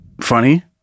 funny